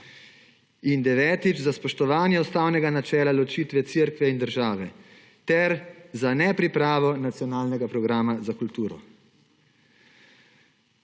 Devetič, za spoštovanje ustavnega načela ločitve Cerkve in države ter za nepripravo Nacionalnega programa za kulturo.